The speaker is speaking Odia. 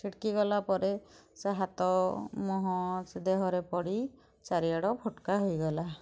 ଛିଟକି ଗଲାପରେ ସେ ହାତ ମୁହଁ ସେ ଦେହରେ ପଡ଼ି ଚାରିଆଡ଼ ଫୋଟକା ହୋଇଗଲା